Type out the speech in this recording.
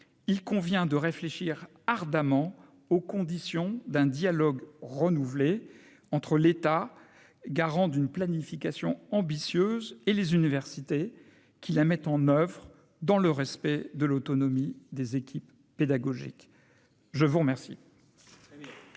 il convient de réfléchir ardemment aux conditions d'un dialogue renouvelé entre l'État garant d'une planification ambitieuse et les universités qui la mettent en oeuvre dans le respect de l'autonomie des équipes pédagogiques, je vous remercie.